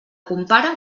compare